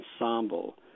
Ensemble